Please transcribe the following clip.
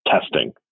Testing